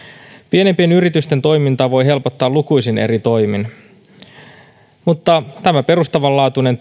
pienempien yritysten toimintaa voi helpottaa lukuisin eri toimin mutta tämä perustavanlaatuinen